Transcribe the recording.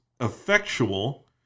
effectual